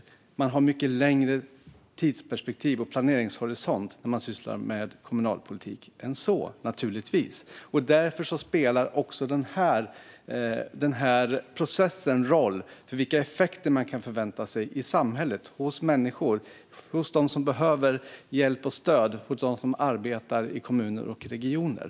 Man har naturligtvis mycket längre tidsperspektiv och planeringshorisont än så när man sysslar med kommunalpolitik. Därför spelar den här processen roll för vilka effekter man kan förvänta sig i samhället - för människor, för dem som behöver hjälp och stöd och för dem som arbetar i kommuner och regioner.